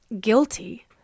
guilty